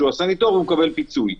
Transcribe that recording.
שעשה ניתוח ומקבל פיצוי.